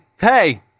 hey